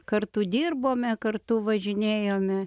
kartu dirbome kartu važinėjome